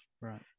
Right